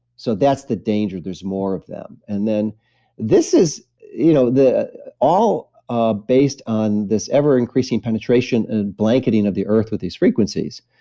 so that's the danger. there's more of them. and then this is. you know all ah based on this ever-increasing penetration and blanketing of the earth with these frequencies,